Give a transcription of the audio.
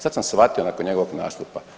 Sad sam shvatio nakon njegovog nastupa.